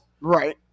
Right